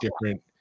different